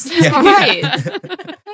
Right